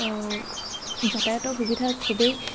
যাতায়তৰ সুবিধা খুবেই